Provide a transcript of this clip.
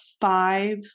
five